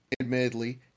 admittedly